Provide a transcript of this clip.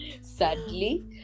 sadly